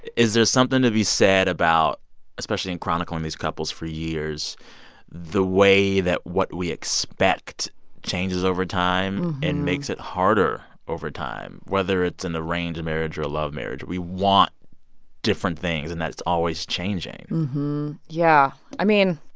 is there something to be said about especially in chronicling these couples for years the way that what we expect changes over time and makes it harder over time? whether it's an arranged marriage or a love marriage, we want different things and that it's always changing yeah. i mean,